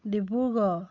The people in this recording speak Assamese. ডিব্ৰুগড়